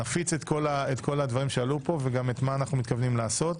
נפיץ את כל הדברים שעלו פה וגם מה אנחנו מתכוונים לעשות.